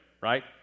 right